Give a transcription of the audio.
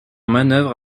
manœuvre